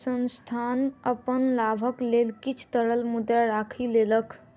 संस्थान अपन लाभक लेल किछ तरल मुद्रा राइख लेलक